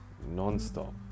non-stop